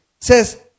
says